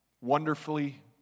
Wonderfully